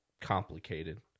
complicated